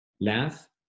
laugh